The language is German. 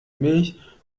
milch